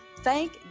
Thank